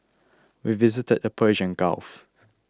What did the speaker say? we visited the Persian Gulf